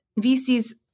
VC's